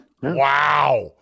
Wow